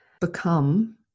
become